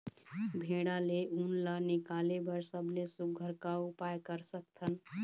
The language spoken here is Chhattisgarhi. भेड़ा ले उन ला निकाले बर सबले सुघ्घर का उपाय कर सकथन?